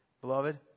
Beloved